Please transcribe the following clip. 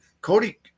Cody